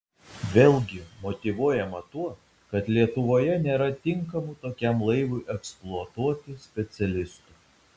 vėlgi motyvuojama tuo kad lietuvoje nėra tinkamų tokiam laivui eksploatuoti specialistų